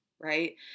right